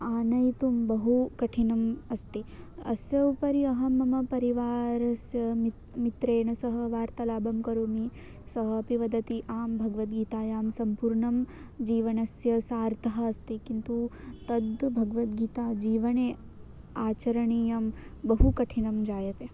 आनयितुं बहु कठिनम् अस्ति अस्य उपरि अहं मम परिवारस्य मित् मित्रेण सह वार्तालापं करोमि सः अपि वदति आम् भगवद्गीतायां सम्पूर्णं जीवनस्य सार्थः अस्ति किन्तु तत् भगवद्गीताजीवने आचरणीयं बहु कठिनं जायते